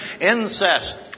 incest